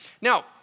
Now